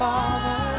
Father